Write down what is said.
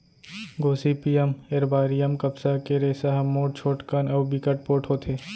Gossypium arboreum कपसा के रेसा ह मोठ, छोटकन अउ बिकट पोठ होथे